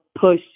push